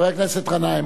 חבר הכנסת גנאים,